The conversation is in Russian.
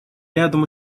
рядом